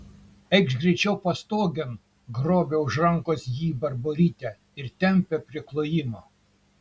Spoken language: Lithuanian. eikš greičiau pastogėn grobia už rankos jį barborytė ir tempia prie klojimo